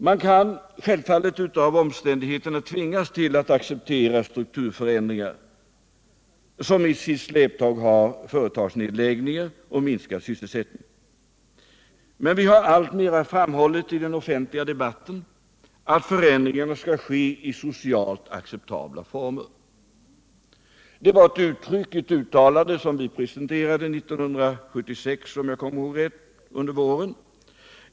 Man kan självfallet av omständigheterna tvingas till att acceptera strukturförändringar som i sitt släptåg har företagsnedläggningar och minskad sysselsättning, men vi har alltmer i den offentliga debatten framhållit att förändringarna skall ske i socialt acceptabla former. Det var ett uttalande som vi gjorde år 1976 — om jag minns rätt under våren.